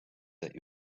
that